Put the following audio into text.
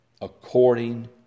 according